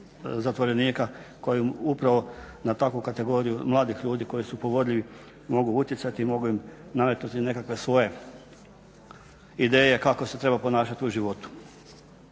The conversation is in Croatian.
zatvorenika koji upravo na takvu kategoriju mladih ljudi koji su povodljivi mogu utjecati i mogu im nametnuti nekakve svoje ideje kako se treba ponašat u životu.